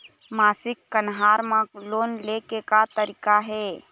मासिक कन्हार म लोन ले के का तरीका हे?